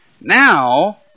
Now